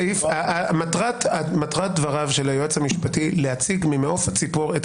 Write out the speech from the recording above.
מטרת דבריו של היועץ המשפטי להציג ממעוף הציפור את